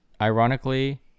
ironically